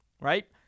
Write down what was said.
right